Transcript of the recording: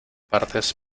partes